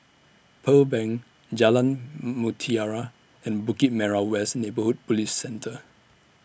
Pearl Bank Jalan Mutiara and Bukit Merah West Neighbourhood Police Centre